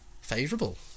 favourable